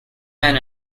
men